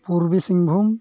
Purba Singhbhum